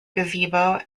gazebo